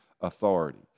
authority